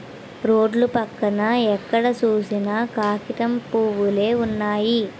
road పక్కన ఎక్కడ సూసినా కాగితం పూవులే వున్నయి